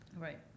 Right